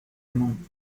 among